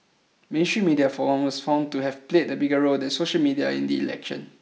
mainstream media for one was found to have played a bigger role than social media in the election